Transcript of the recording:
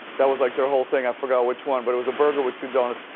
that was like their whole thing, i forgot which one, but it was a burger with two donuts.